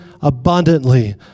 abundantly